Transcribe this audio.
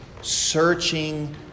searching